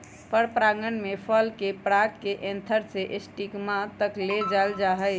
परागण में फल के पराग के एंथर से स्टिग्मा तक ले जाल जाहई